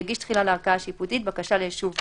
יגיש תחילה לערכאה השיפוטית בקשה ליישוב סכסוך,